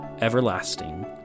everlasting